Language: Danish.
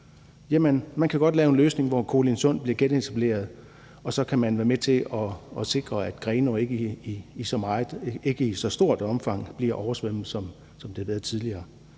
man kan godt lave en løsning, hvor Kolindsund blev genetableret, og så kan man være med til at sikre, at Grenaa ikke i så stort omfang bliver oversvømmet, som det er sket tidligere.